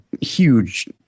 huge